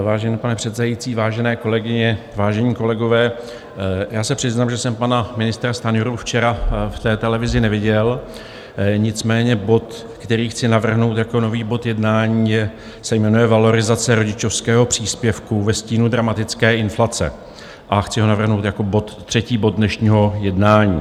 Vážený pane předsedající, vážené kolegyně, vážení kolegové, já se přiznám, že jsem pana ministra včera v té televizi neviděl, nicméně bod, který chci navrhnout jako nový bod jednání, se jmenuje Valorizace rodičovského příspěvku ve stínu dramatické inflace a chci ho navrhnout jako třetí bod dnešního jednání.